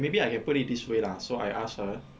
okay maybe I can put it this way lah so I ask her